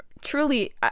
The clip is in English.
truly